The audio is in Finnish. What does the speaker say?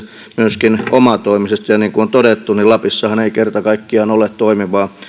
myöskin omatoimisesti niin kuin on todettu lapissahan ei kerta kaikkiaan ole toimivaa